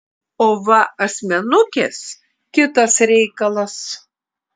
o va asmenukės kitas reikalas